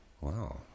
Wow